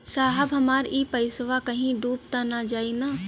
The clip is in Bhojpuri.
साहब हमार इ पइसवा कहि डूब त ना जाई न?